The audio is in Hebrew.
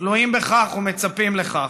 תלויים בכך ומצפים לכך.